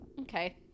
okay